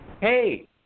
hey